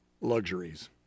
luxuries